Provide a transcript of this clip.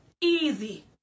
easy